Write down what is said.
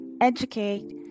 educate